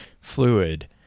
fluid